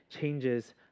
changes